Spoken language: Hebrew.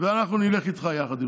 ואנחנו נלך איתך יחד.